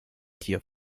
tier